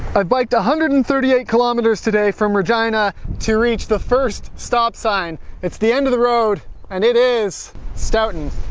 i biked a hundred and thirty-eight kilometers today from regina to reach the first stop sign it's the end of the road and it is stoughton.